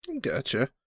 gotcha